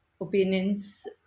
opinions